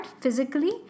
physically